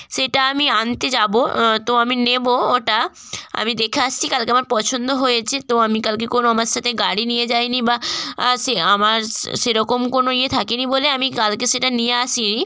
সেটা আমি আনতে যাবো তো আমি নেব ওটা আমি দেখে আসছি কালকে আমার পছন্দ হয়েছে তো আমি কালকে কোনো আমার সাথে গাড়ি নিয়ে যাইনি বা সে আমার সেরকম কোনো ইয়ে থাকেনি বলে আমি কালকে সেটা নিয়ে আসিনি